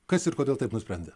kas ir kodėl taip nusprendė